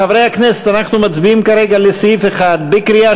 חברי הכנסת, אנחנו מצביעים כרגע על סעיף 1 בקריאה